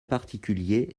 particulier